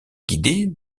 guidée